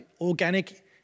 organic